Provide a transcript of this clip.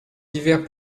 divers